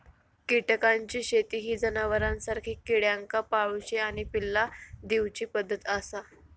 कीटकांची शेती ही जनावरांसारखी किड्यांका पाळूची आणि पिल्ला दिवची पद्धत आसा